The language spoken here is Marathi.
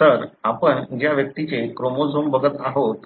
तर आपणतो ज्या व्यक्तीचे क्रोमोझोम बघत आहात